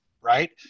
right